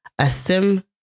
Asim